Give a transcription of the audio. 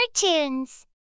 cartoons